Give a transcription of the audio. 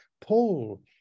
paul